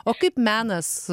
o kaip menas